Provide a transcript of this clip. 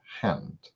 hand